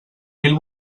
mil